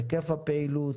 היקף הפעילות,